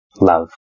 love